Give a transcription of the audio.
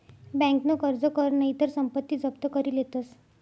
बँकन कर्ज कर नही तर संपत्ती जप्त करी लेतस